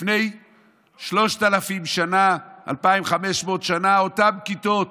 לפני 3,000 שנה, 2,500 שנה, אותן כיתות